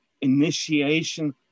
initiation